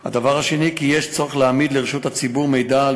2. יש צורך להעמיד לרשות הציבור מידע על